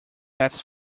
lasts